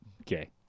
okay